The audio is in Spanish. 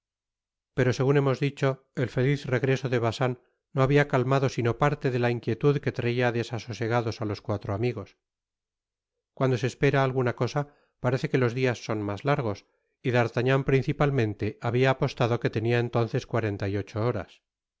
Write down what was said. pero segun hemos dicho el feliz reg eso de bacin no habia calmado sino parte de la inquietud que traia desasosegados á los cuatro amigos oando se espera alguna cosa parece que los dias son mas largos y d'artagnan principalmente habria apostado que tenia entonces cuarenta y ocho horas